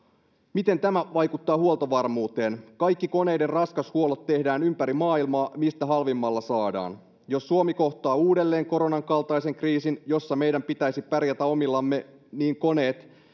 miten tämä vaikuttaa huoltovarmuuteen kaikki koneiden raskashuollot tehdään ympäri maailmaa siellä mistä halvimmalla saadaan jos suomi kohtaa uudelleen koronan kaltaisen kriisin jossa meidän pitäisi pärjätä omillamme niin koneet